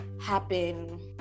happen